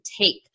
take